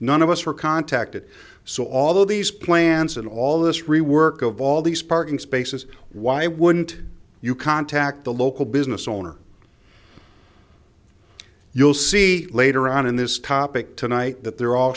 none of us were contacted so although these plans and all this rework of all these parking spaces why wouldn't you contact the local business owner you'll see later on in this topic tonight that they're all